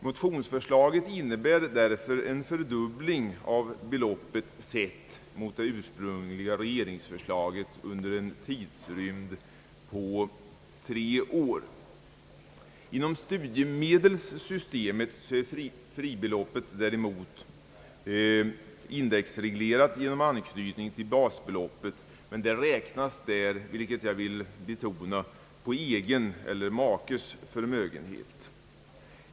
Motionsförslaget innebär därför en fördubbling av beloppet, sett mot det ursprungliga regeringsförslaget, under en tidrymd på tre år. Inom studiemedelssystemet är fribeloppet däremot indexreglerat genom anknytning till basbeloppet. Det räknas där, vilket jag vill betona, på egen eller makes förmögenhet.